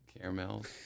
Caramels